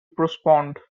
postponed